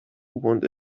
want